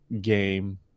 game